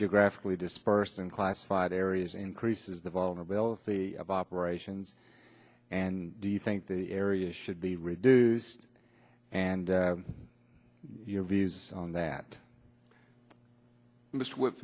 geographically dispersed and classified areas increases the vulnerability of operations and do you think the area should be reduced and your views on that just wh